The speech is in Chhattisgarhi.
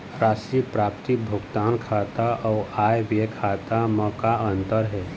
राशि प्राप्ति भुगतान खाता अऊ आय व्यय खाते म का अंतर हे?